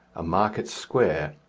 a market square,